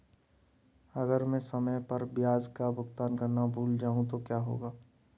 अगर मैं समय पर ब्याज का भुगतान करना भूल जाऊं तो क्या होगा?